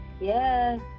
Yes